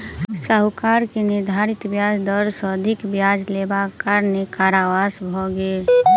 साहूकार के निर्धारित ब्याज दर सॅ अधिक ब्याज लेबाक कारणेँ कारावास भ गेल